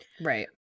Right